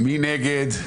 מי נגד?